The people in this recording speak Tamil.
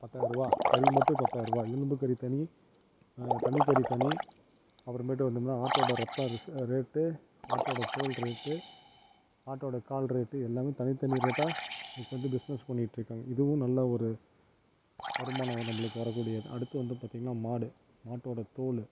பத்தாயிரூவா கறி மட்டும் பத்தாயிரூவா எலும்பு கறி தனி தண்ணி கறி தனி அப்புறமேட்டு வந்தம்னால் ஆட்டோடய ரத்தம் ருஸ்ஸு ரேட்டு ஆட்டோடய தோல் ரேட்டு ஆட்டோடய கால் ரேட்டு எல்லாமே தனி தனி ரேட்டாக இப்போ வந்து பிசினஸ் பண்ணிகிட்ருக்காங்க இதுவும் நல்ல ஒரு வருமானம் நம்பளுக்கு வர கூடியது அடுத்து வந்து பார்த்தீங்னா மாடு மாட்டோடய தோல்